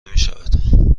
میشود